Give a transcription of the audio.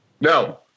No